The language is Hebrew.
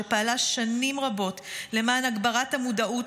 שפעלה שנים רבות למען הגברת המודעות